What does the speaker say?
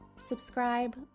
Subscribe